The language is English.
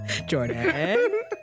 Jordan